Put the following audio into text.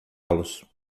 los